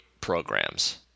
programs